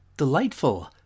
delightful